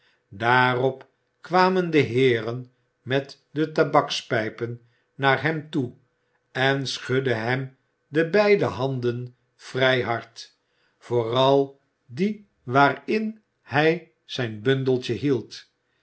daarop kwamen de heeren met de tabakspijpen naar hem toe en schudden hem de beide handen vrij hard vooral die waarin hij zijn bundeltje hield